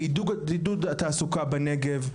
לעידוד התעסוקה בנגב,